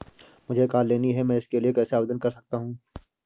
मुझे कार लेनी है मैं इसके लिए कैसे आवेदन कर सकता हूँ?